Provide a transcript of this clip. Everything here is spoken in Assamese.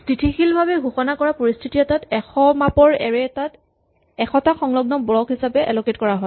স্হিতিশীলভাৱে ঘোষণা কৰা পৰিস্হিতি এটাত এশ মাপৰ এৰে এটা এশটা সংলগ্ন ব্লক হিচাপে এলকেট কৰা হয়